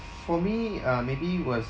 for me uh maybe was